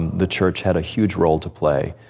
the church had a huge role to play,